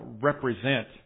represent